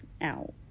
out